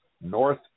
North